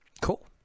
Cool